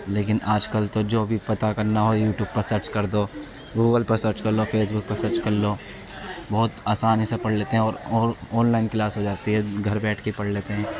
لیکن آج کل تو جو بھی پتا کرنا ہو یو ٹیوب پر سرچ کر دو گوغل پر سرچ کر لو فیس بک پہ سرچ کر لو بہت آسانی سے پڑھ لیتے ہیں اور اور آن لائن کلاس ہو جاتی ہے گھر بیٹھ کے پڑھ لیتے ہیں